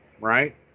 right